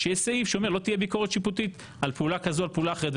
שיש בו סעיף שאומר לא תהיה ביקורת שיפוטית על פעולה כזו ופעולה אחרת.